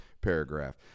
paragraph